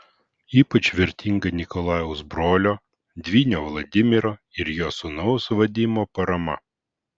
ypač vertinga nikolajaus brolio dvynio vladimiro ir jo sūnaus vadimo parama